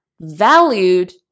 valued